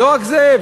לא רק זה.